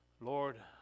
Lord